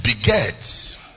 begets